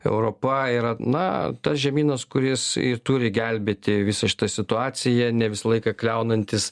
europa yra na tas žemynas kuris turi gelbėti visą šitą situaciją ne visą laiką kliaunantis